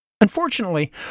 Unfortunately